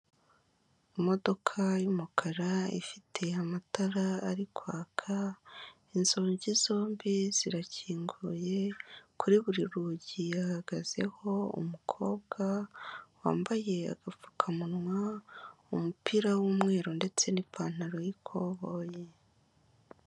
Imodoka y'umukara ifite amatara ari kwaka, inzugi zombi zirakinguye, kuri buri rugi hahagazeho umukobwa wambaye agapfukamunwa, umupira w'umweru, ndetse n'ipantaro y'ikoboyi.